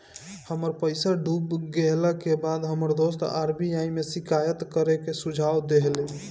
हमर पईसा डूब गेला के बाद हमर दोस्त आर.बी.आई में शिकायत करे के सुझाव देहले